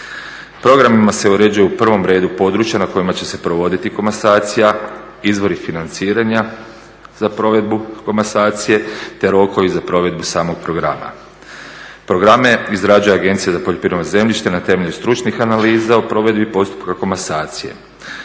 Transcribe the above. Programima se uređuje u prvom redu područja na kojima će se provoditi komasacija, izvori financiranja za provedbu komasacije te rokovi za provedbu samog programa. Programe izrađuje Agencija za poljoprivredno zemljište na temelju stručnih analiza o provedbi postupka komasacije.